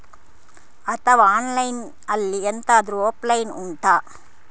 ಅಥವಾ ಆನ್ಲೈನ್ ಅಲ್ಲಿ ಎಂತಾದ್ರೂ ಒಪ್ಶನ್ ಉಂಟಾ